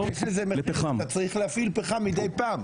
אבל אתה צריך להפעיל פחם מידי פעם.